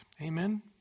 Amen